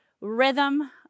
RHYTHM